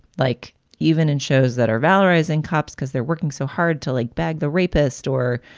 like even in shows that are valorizing cops because they're working so hard to, like, bag the rapist or,